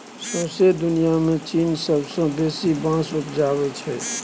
सौंसे दुनियाँ मे चीन सबसँ बेसी बाँस उपजाबै छै